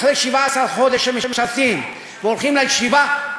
אחרי 17 חודש שמשרתים והולכים לישיבה,